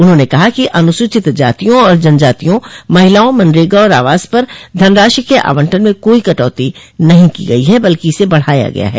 उन्होंने कहा कि अनुसूचित जातियों और जनजातियों महिलाओं मनरेगा और आवास पर धनराशि के आवंटन में कोई कटौती नहीं की गई ह बल्कि इसे बढ़ाया गया है